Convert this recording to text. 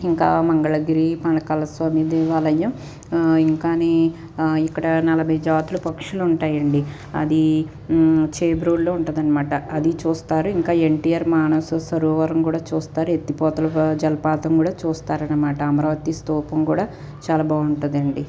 ఇంకా మంగళగిరి పానకాల స్వామి దేవాలయం ఇంకా ఇక్కడ నలభై జాతులు పక్షులు ఉంటాయి అండి అది చేబ్రోలులో ఉంటుంది అనమాట అది చూస్తారు ఇంకా ఎన్టిఆర్ మానససరోవరం కూడా చూస్తారు ఎత్తిపోతల జలపాతం కూడా చూస్తారు అనమాట అమరావతి స్థూపం కూడా చాలా బాగుంటుంది అండి